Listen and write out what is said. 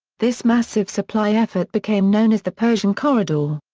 this massive supply effort became known as the persian corridor.